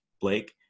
Blake